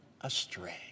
astray